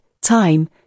Time